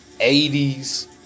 80s